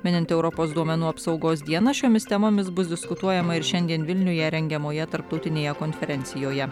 minint europos duomenų apsaugos dieną šiomis temomis bus diskutuojama ir šiandien vilniuje rengiamoje tarptautinėje konferencijoje